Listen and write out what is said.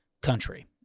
country